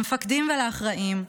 למפקדים ולאחראים,